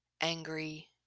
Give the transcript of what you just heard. angry